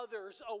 others